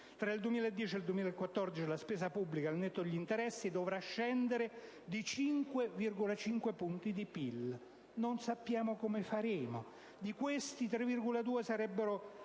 Tra il 2010 e il 2014, la spesa pubblica, al netto degli interessi, dovrà scendere di 5,5 punti di PIL (non sappiamo come faremo). Di questi, 3,2 punti starebbero